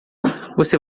você